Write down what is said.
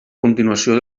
continuació